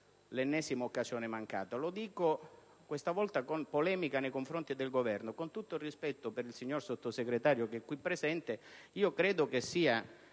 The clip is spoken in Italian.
l'ennesima occasione mancata. Lo dico questa volta con polemica nei confronti del Governo: con tutto il rispetto per il signor Sottosegretario qui presente, credo sia